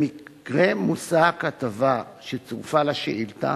במקרה מושא הכתבה שצורפה לשאילתא